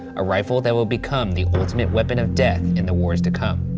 a rifle that will become the ultimate weapon of death in the wars to come.